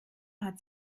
hat